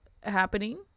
Happening